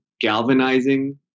galvanizing